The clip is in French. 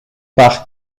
par